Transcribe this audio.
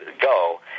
go